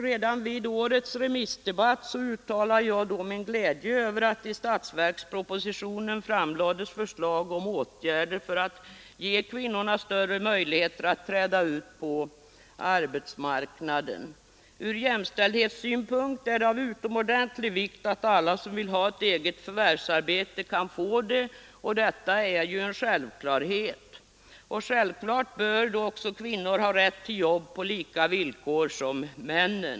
Redan vid årets remissdebatt uttalade jag min glädje över att det i statsverkspropositionen framlades förslag om åtgärder för att ge kvinnorna större möjligheter att träda ut på arbetsmarknaden. Ur jämställdhetssynpunkt är det av utomordentlig vikt att alla som vill ha ett eget förvärvsarbete kan få det, och detta är ju en självklarhet. Naturligtvis bör då också kvinnor ha rätt till jobb på samma villkor som män.